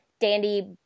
dandy